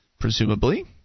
Presumably